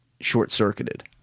short-circuited